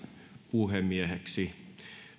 puhemieheksi